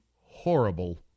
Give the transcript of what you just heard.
horrible